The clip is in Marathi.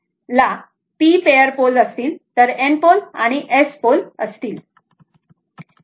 आत्ता जर AC जनरेटर ला p पेयर पोल असतील तर N पोल आणि S पोल असतील बरोबर